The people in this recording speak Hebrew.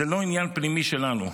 זה לא עניין פנימי שלנו.